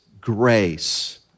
grace